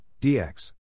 dx